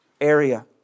area